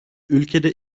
ülkede